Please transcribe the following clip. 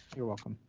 you're welcome.